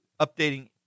updating